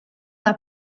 n’a